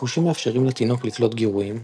החושים מאפשרים לתינוק לקלוט גירויים,